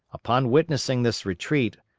upon witnessing this retreat,